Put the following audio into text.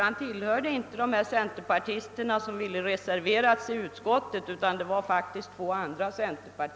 Han tillhörde ju inte de centerpartister som ville reservera sig i utskottet.